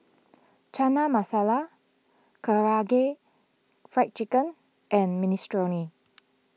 Chana Masala Karaage Fried Chicken and Minestrone